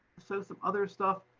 so some other stuff.